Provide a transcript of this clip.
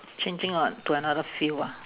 changing ah to another field ah